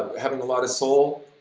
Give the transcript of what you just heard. having a lot of soul?